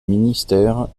ministère